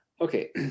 Okay